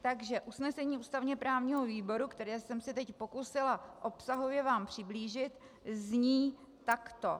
Takže usnesení ústavněprávního výboru, které jsem se teď pokusila obsahově vám přiblížit, zní takto.